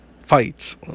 Fights